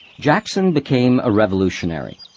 jackson became a revolutionary.